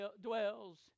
dwells